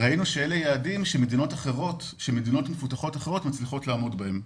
ראינו שאלה יעדים שמדינות מפותחות אחרות מצליחות לעמוד בהם.